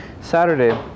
Saturday